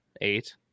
eight